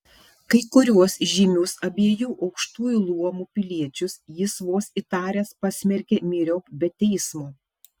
kai kuriuos žymius abiejų aukštųjų luomų piliečius jis vos įtaręs pasmerkė myriop be teismo